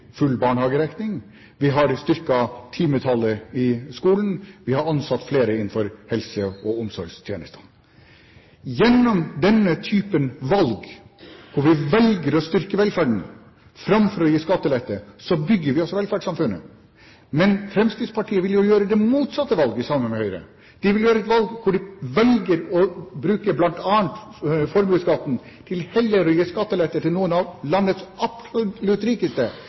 full barnehagedekning. Vi har styrket timetallet i skolen. Vi har ansatt flere innenfor helse- og omsorgstjenester. Gjennom denne typen valg – hvor vi velger å styrke velferden framfor å gi skattelette – bygger vi også velferdssamfunnet. Men Fremskrittspartiet vil gjøre det motsatte valget sammen med Høyre. De vil gjøre et valg hvor de heller velger å bruke bl.a. formuesskatten til å gi skattelette til noen av landets absolutt rikeste,